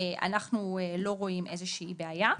אנחנו לא רואים איזושהי בעיה.